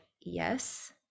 Yes